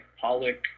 Pollock